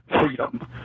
freedom